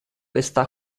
está